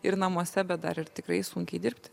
ir namuose bet dar ir tikrai sunkiai dirbti